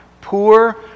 poor